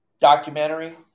documentary